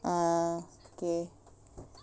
ah okay